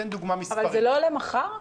זה לא עולה מחר?